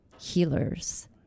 healers